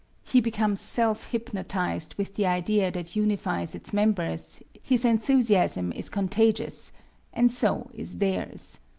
he becomes self-hynoptized with the idea that unifies its members, his enthusiasm is contagious and so is theirs.